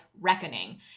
reckoning